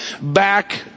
back